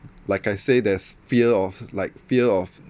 like I say there's fear of like fear of